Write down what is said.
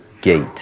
gate